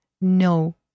no